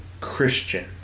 Christian